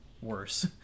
Worse